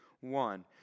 One